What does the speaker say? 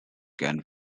can